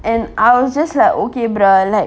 and I was just like okay bruh let